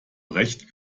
recht